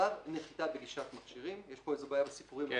(ו) נחיתה בגישת מכשירים, (5)